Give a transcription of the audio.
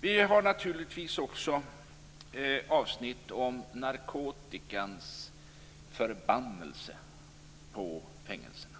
Moderaterna har naturligtvis också avsnitt om narkotikans förbannelse på fängelserna.